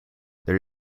there